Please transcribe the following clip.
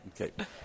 Okay